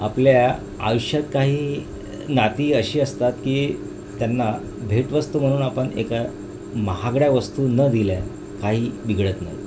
आपल्या आयुष्यात काही नाती अशी असतात की त्यांना भेटवस्तू म्हणून आपण एका महागड्या वस्तू न दिल्या काही बिघडत नाही